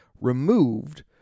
removed